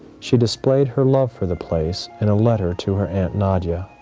she displayed her love for the place in a letter to her aunt nadya.